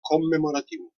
commemoratiu